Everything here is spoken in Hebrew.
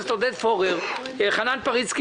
בקשתו של חבר הכנסת עודד פורר חנן פריצקי,